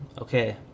okay